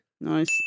Nice